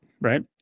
right